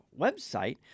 website